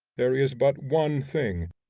there is but one thing,